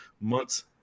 months